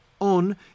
On